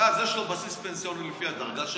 ואז יש לו בסיס פנסיוני לפי הדרגה שלו,